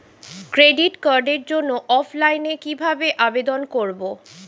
Credit কার্ডের জন্য অফলাইনে কিভাবে আবেদন করব?